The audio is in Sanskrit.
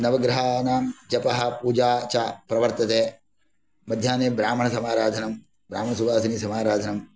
नवग्रहानां जपः पूजा च प्रवर्तते मध्याह्ने ब्राह्मणसमाराधनं ब्राह्म सुभासिनीसमाराधनं